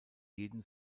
jeden